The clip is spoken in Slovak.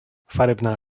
farebná